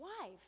wife